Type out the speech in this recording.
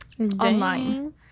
online